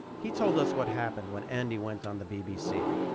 he told us what happened when andy went on the bbc.